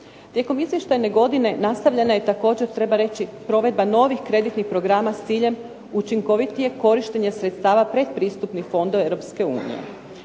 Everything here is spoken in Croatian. Tijekom izvještajne godine nastavljena je provedba novih kreditnih programa s ciljem učinkovitijeg korištenja sredstava pretpristupnih fondova